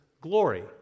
glory